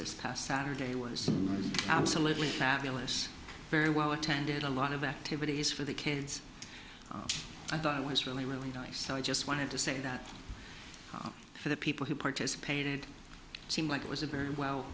this past saturday was absolutely fabulous very well attended a lot of activities for the kids i thought i was really really nice so i just wanted to say that for the people who participated seemed like it was a very well